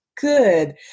Good